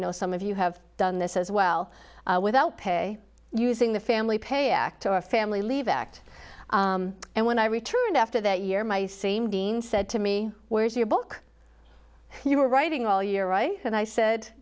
know some of you have done this as well without pay using the family pay act or a family leave act and when i returned after that year my same dean said to me where's your book you were writing all year and i said